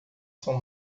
são